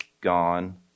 gone